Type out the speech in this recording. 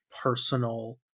Personal